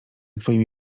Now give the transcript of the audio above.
twoimi